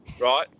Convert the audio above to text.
right